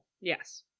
Yes